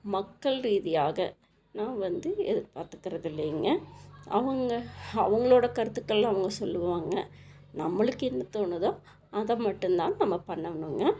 மக்கள் ரீதியாக நான் வந்து எதிர்பார்த்துக்கறது இல்லைங்க அவங்க அவங்களோட கருத்துக்கள்லாம் அவங்க சொல்லுவாங்கள் நம்மளுக்கு என்ன தோணுதோ அதை மட்டும்தான் நம்ம பண்ணனுங்க